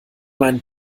meinen